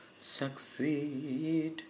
succeed